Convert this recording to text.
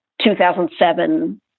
2007